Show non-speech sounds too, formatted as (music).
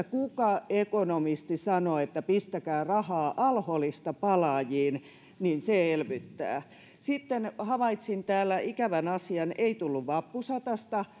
(unintelligible) kuka ekonomisti sanoo että pistäkää rahaa al holista palaajiin se elvyttää sitten havaitsin täällä ikävän asian ei tullut vappusatasta (unintelligible)